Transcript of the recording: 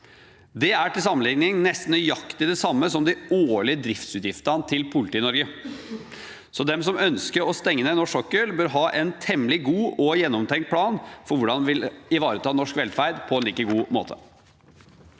Det er til sammenligning nesten nøyaktig det samme som de årlige driftsutgiftene til Politi-Norge. De som ønsker å stenge ned norsk sokkel, bør altså ha en temmelig god og gjennomtenkt plan for hvordan de vil ivareta norsk velferd på en like god måte.